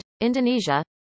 Indonesia